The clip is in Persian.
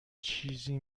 چیزی